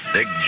Big